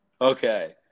Okay